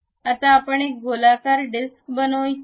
आता आपण एक गोलाकार डिस्क बनवू इच्छितो